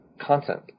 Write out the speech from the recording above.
content